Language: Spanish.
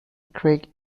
craig